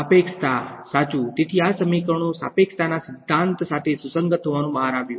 સાપેક્ષતા સાચુ તેથી આ સમીકરણો સાપેક્ષતાના સિદ્ધાંત સાથે સુસંગત હોવાનુ બહાર આવ્યુ